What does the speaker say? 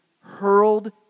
hurled